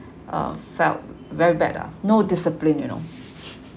uh felt very bad ah no discipline you know